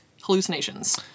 hallucinations